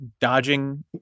dodging